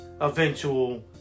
eventual